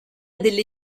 delle